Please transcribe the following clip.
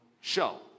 show